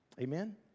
Amen